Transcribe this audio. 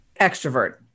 Extrovert